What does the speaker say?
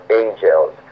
angels